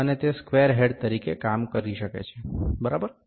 અને તે square head તરીકે કામ કરી શકે છે બરાબર